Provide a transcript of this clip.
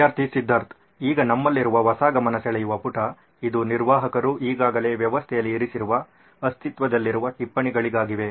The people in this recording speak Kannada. ವಿದ್ಯಾರ್ಥಿ ಸಿದ್ಧಾರ್ಥ್ ಈಗ ನಮ್ಮಲ್ಲಿರುವುದು ಹೊಸ ಗಮನ ಸೆಳೆಯುವ ಪುಟ ಇದು ನಿರ್ವಾಹಕರು ಈಗಾಗಲೇ ವ್ಯವಸ್ಥೆಯಲ್ಲಿ ಇರಿಸಿರುವ ಅಸ್ತಿತ್ವದಲ್ಲಿರುವ ಟಿಪ್ಪಣಿಗಳಾಗಿವೆ